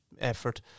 effort